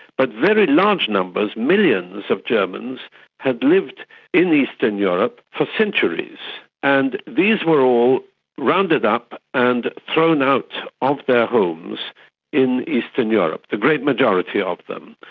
but very large numbers, millions of germans had lived in eastern europe for centuries and these were all rounded up and thrown out of their homes in eastern europe, the great majority of them,